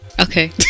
okay